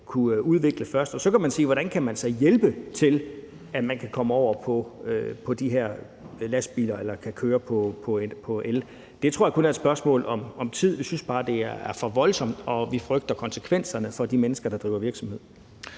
skal udvikle først. Og så kan man sige: Hvordan kan man så hjælpe til, at man kan komme over på de her lastbiler eller kan køre på el? Det tror jeg kun er et spørgsmål om tid. Vi synes bare, det er for voldsomt, og vi frygter konsekvenserne for de mennesker, der driver virksomhed.